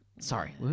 sorry